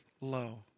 low